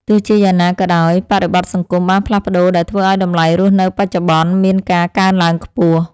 ទោះជាយ៉ាងណាក៏ដោយ បរិបទសង្គមបានផ្លាស់ប្ដូរដែលធ្វើឱ្យតម្លៃរស់នៅបច្ចុប្បន្នមានការកើនឡើងខ្ពស់។